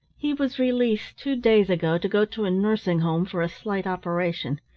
he was released two days ago to go to a nursing home for a slight operation.